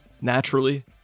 naturally